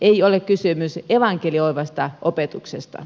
ei ole kysymys evankelioivasta opetuksesta